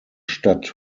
stadt